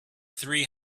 three